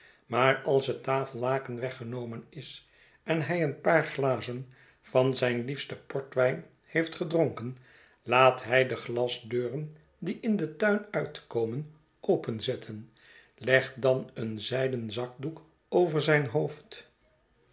maar als het tafellaken weggenomen is en hij een paar glazen van zijn liefsten port wijn heeft gedronken laat hij de glasdeuren die in den tuin uitkomen openzetten legt dan een zijden zakdoek over zijn hoofd